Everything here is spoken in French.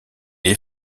est